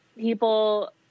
people